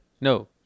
No